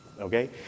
Okay